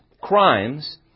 crimes